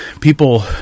people